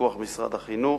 ובפיקוח משרד החינוך.